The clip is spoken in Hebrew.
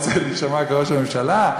אני לא רוצה להישמע כראש הממשלה,